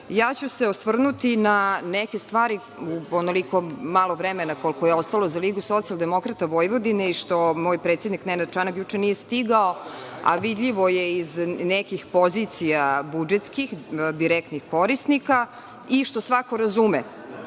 ću se osvrnuti na neke stvari u onoliko malo vremena koliko je ostalo za LSV i što moj predsednik Nenad Čanak juče nije stigao, a vidljivo je iz nekih pozicija budžetskih direktnih korisnika i što svako razume